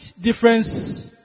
difference